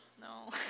No